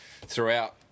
throughout